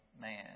man